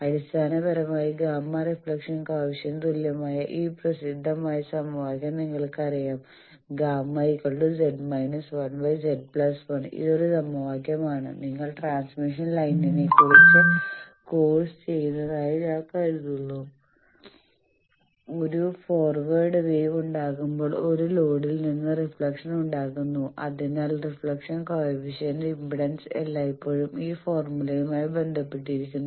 അടിസ്ഥാനപരമായി gamma reflection coefficient തുല്യമായ ഈ പ്രസിദ്ധമായ സമവാക്യം നിങ്ങൾക്കറിയാം Γz−1z1 ഇതൊരു സമവാക്യമാണ് നിങ്ങൾ ട്രാൻസ്മിഷൻ ലൈനിനെ കുറിച്ചുള്ള കോഴ്സ് ചെയ്തതായി ഞാൻ കരുതുന്നു ഒരു ഫോർവേഡ് വേവ് ഉണ്ടാകുമ്പോൾ ഒരു ലോഡിൽ നിന്ന് റിഫ്ലക്ഷൻ ഉണ്ടാകുന്നു അതിനാൽ റിഫ്ലക്ഷൻ കോയെഫിഷ്യന്റ് ഇംപെഡൻസും എല്ലായ്പ്പോഴും ഈ ഫോർമുലയുമായി ബന്ധപ്പെട്ടിരിക്കുന്നു